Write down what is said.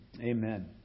Amen